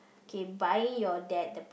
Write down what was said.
okay buy your dad the